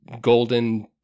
golden